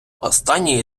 останній